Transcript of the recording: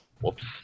Whoops